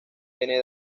viene